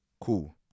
Cool